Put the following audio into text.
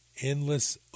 endless